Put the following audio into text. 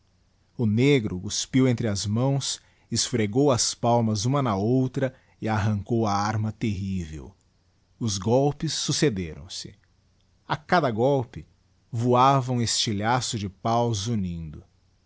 o negro cuspiu entre as mãos esfregou as palmas uma na outra e arrancou a arma terrível os golpes succederam se a cada golpe voava um estilhaço de páu zunindo